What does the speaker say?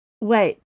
Wait